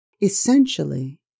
Essentially